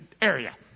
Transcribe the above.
area